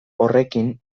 horrekin